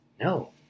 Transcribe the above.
No